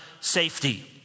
safety